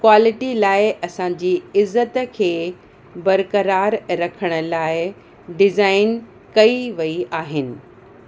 quality लाइ असांजी इज़त खे बरकरार रखण लाइ डिज़ाइन कई वई आहिनि